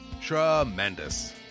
Tremendous